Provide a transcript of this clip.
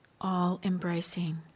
all-embracing